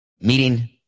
meeting